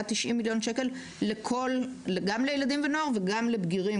90,000,000 שקל גם לילדים ונוער וגם לבגירים.